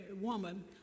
woman